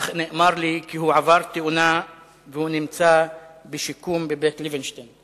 אך נאמר לי כי הוא עבר תאונה והוא נמצא בשיקום ב"בית לוינשטיין".